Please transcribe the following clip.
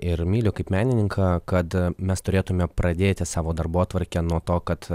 ir myliu kaip menininką kad mes turėtume pradėti savo darbotvarkę nuo to kad